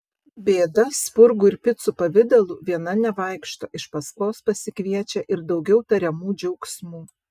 bėda spurgų ir picų pavidalu viena nevaikšto iš paskos pasikviečia ir daugiau tariamų džiaugsmų